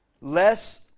Less